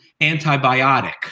antibiotic